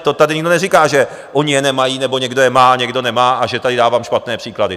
To tady nikdo neříká, že oni je nemají, nebo někdo je má a někdo nemá a že tady dávám špatné příklady.